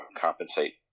compensate